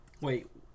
Wait